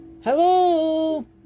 hello